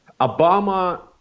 Obama